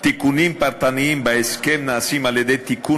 תיקונים פרטניים בהסכם נעשים על-ידי תיקון